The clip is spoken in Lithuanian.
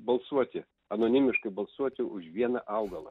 balsuoti anonimiškai balsuoti už vieną augalą